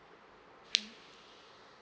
mm